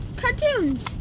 cartoons